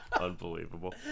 Unbelievable